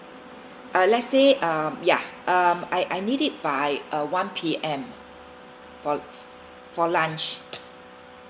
uh let's say um ya um I I need it by uh one P_M for for lunch